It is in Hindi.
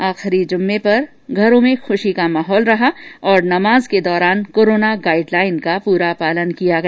आखिरी जुमे पर घरों में खुशी का माहौल रहा और नमाज के दौरान कोराना गाइड लाइन का पूरा पालन किया गया